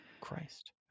Christ